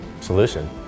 solution